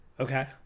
okay